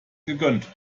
gegönnt